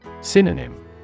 Synonym